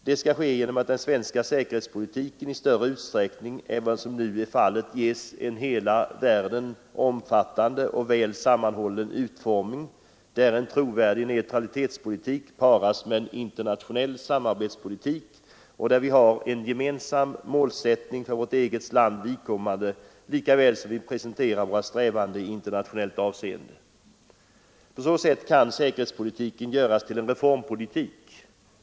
Det kan ske genom att den svenska säkerhetspolitiken i större utsträckning än vad som nu är fallet ges en hela världen omfattande och väl sammanhållen utformning, där en trovärdig neutralitetspolitik paras med en internationell samarbetspolitik och där vi har en gemensam målsättning för vårt eget lands vidkommande lika väl som vi presenterar våra strävanden i internationellt avseende. På så sätt kan säkerhetspolitiken göras till en reformpolitik.